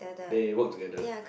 they work together